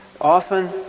Often